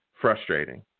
frustrating